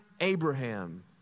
Abraham